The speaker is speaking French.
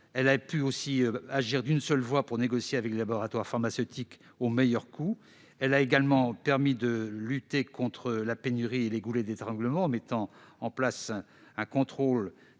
part, à agir d'une seule voix pour négocier avec les laboratoires pharmaceutiques au meilleur coût. Elle a également permis de lutter contre la pénurie et les goulets d'étranglement, en mettant en place un contrôle